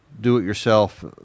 do-it-yourself